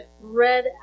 red